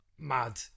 mad